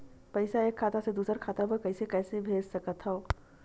पईसा एक खाता से दुसर खाता मा कइसे कैसे भेज सकथव?